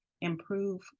improve